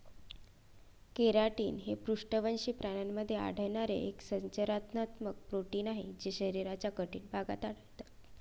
keratin हे पृष्ठवंशी प्राण्यांमध्ये आढळणारे एक संरचनात्मक प्रोटीन आहे जे शरीराच्या कठीण भागात आढळतात